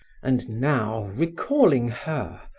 and now, recalling her,